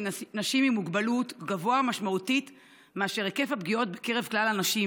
נשים עם מוגבלות גבוה משמעותית מאשר היקף הפגיעות בקרב כלל הנשים,